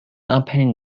opening